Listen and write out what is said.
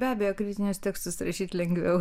be abejo krizinius tekstus rašyti lengviau